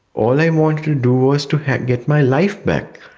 all i wanted to do was to get my life back,